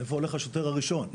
איפה הולך השוטר הראשון.